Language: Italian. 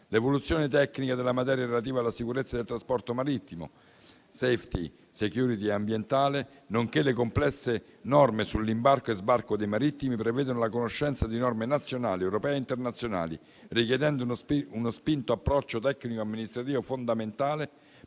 L'evoluzione tecnica della materia relativa alla sicurezza del trasporto marittimo, *safety* e *security* ambientale, nonché le complesse norme sull'imbarco e sbarco dei marittimi, prevedono la conoscenza di norme nazionali, europee e internazionali, richiedendo uno spinto approccio tecnico-amministrativo fondamentale